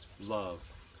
love